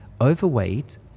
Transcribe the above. overweight